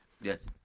Yes